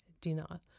dinner